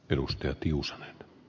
arvoisa puhemies